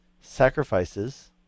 sacrifices –